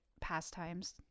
pastimes